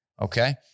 Okay